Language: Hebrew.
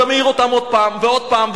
אתה מעיר אותם עוד פעם ועוד פעם,